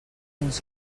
ens